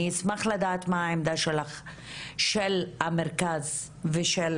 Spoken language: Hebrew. אני אשמח לדעת מה העמדה של המרכז ושל